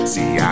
See